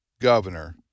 governor